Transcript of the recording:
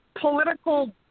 political